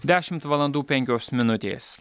dešimt valandų penkios minutės